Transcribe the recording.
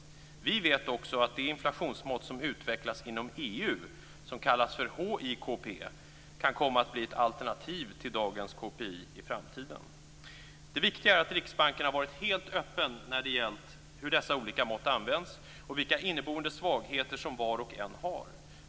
Vi vet också att det inflationsmått som utvecklats inom EU, kallat HIKP, kan komma att bli ett alternativ i framtiden till dagens KPI. Det viktiga är att Riksbanken har varit helt öppen i hur dessa mått används och vilka inneboende svagheter som var och en har.